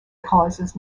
causes